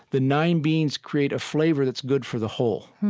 the nine beans create a flavor that's good for the whole.